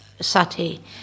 sati